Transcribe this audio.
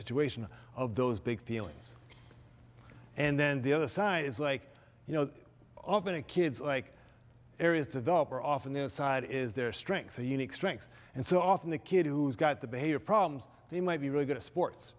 situation of those big feelings and then the other side is like you know often a kid's like areas develop are often their side is their strengths are unique strengths and so often the kid who's got the behavior problems they might be really good at sports